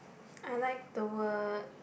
I like the word